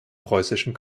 preußischen